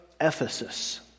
Ephesus